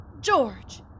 George